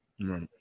right